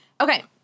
Okay